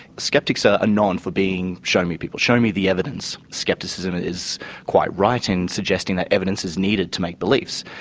skeptics are ah known for being, show me people. show me the evidence. skepticism is quite right in suggesting that evidence is needed to make beliefs.